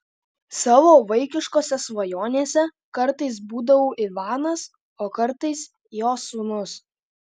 savo vaikiškose svajonėse kartais būdavau ivanas o kartais jo sūnus